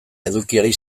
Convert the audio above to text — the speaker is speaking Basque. edukiari